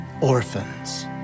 orphans